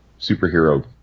superhero